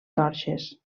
torxes